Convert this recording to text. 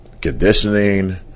conditioning